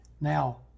Now